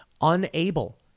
unable